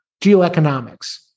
geoeconomics